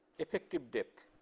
effective depth.